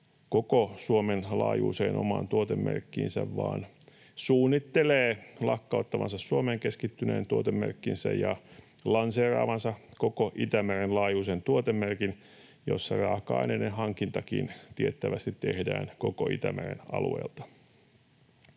koko Suomen laajuiseen omaan tuotemerkkiinsä, vaan suunnittelee lakkauttavansa Suomeen keskittyneen tuotemerkkinsä ja lanseeraavansa koko Itämeren laajuisen tuotemerkin, jossa raaka-aineiden hankintakin tiettävästi tehdään koko Itämeren alueelta.